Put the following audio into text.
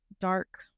dark